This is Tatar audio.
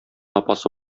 апасы